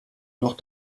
noch